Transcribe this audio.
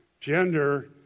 gender